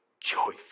joyful